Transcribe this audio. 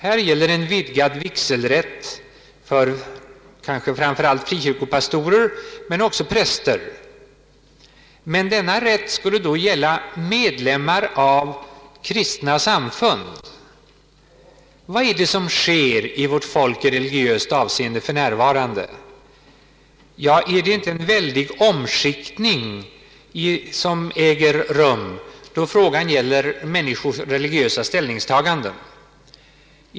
Här gäller det en vidgad vigselrätt för kanske framför allt frikyrkopastorer men också för präster. Denna rätt skulle då gälla medlemmar av kristna samfund. Vad är det som för närvarande sker hos vårt folk i religiöst avseende? Är det inte en väldig omflyttning som äger rum, vad gäller människors religiösa ställningstagande?